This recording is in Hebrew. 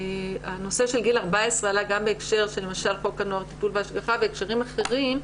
הנושא של גיל 14 עלה גם בהקשר חוק הנוער (טיפול והשגחה) והקשרים אחרים.